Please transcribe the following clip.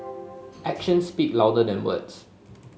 action speak louder than words